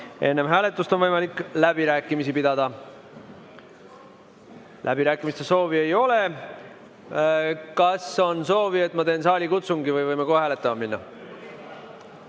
Enne hääletust on võimalik läbirääkimisi pidada. Läbirääkimiste soovi ei ole. Kas on soovi, et ma teen saalikutsungi, või võime kohe hääletama minna?